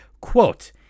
Quote